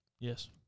Yes